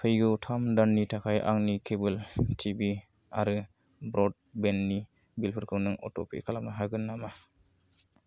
फैगौ थाम दाननि थाखाय आंनि केबोल टि भि आरो ब्र'डबेन्डनि बिलफोरखौ नों अट'पे खालामनो हागोन नामा